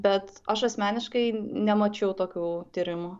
bet aš asmeniškai nemačiau tokių tyrimų